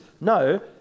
no